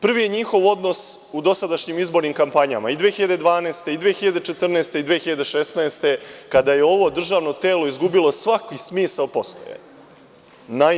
Prvi je njihov odnos u dosadašnjim izbornim kampanjama, i 2012. i 2014. i 2016. godine, kada je ovo državno telo izgubilo svaki smisao postojanja.